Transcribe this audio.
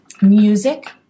music